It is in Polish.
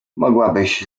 mogłabyś